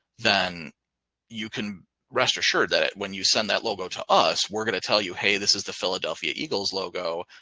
then you can rest assured that when you send that logo to us, we're gonna tell you, hey, this is the philadelphia eagles logo.